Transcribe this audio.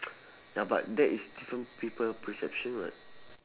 ya but that is different people perception [what]